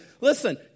Listen